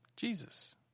Jesus